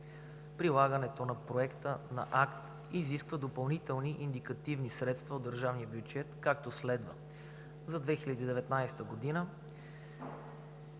Прилагането на проекта на акт изисква допълнителни индикативни средства от държавния бюджет, както следва: за 2019 г.